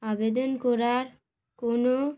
আবেদন করার কোনো